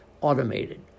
automated